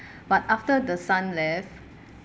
but after the son left